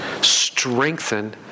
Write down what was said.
strengthen